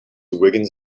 wiggins